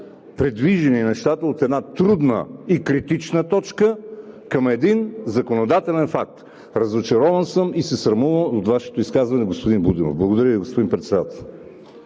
придвижени нещата от една трудна и критична точка към един законодателен факт. Разочарован съм и се срамувам от Вашето изказване, господин Будинов. Благодаря Ви, господин Председател.